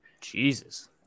Jesus